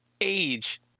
age